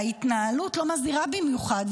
וההתנהלות לא מזהירה במיוחד.